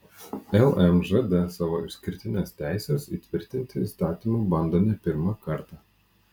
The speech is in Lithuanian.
lmžd savo išskirtines teises įtvirtinti įstatymu bando ne pirmą kartą